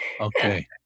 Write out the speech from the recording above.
Okay